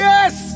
Yes